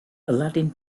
aladdin